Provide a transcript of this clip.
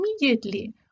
immediately